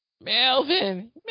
Melvin